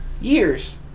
Years